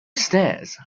stairs